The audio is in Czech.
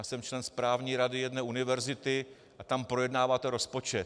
Jsem člen správní rady jedné univerzity, tak tam projednáváte rozpočet.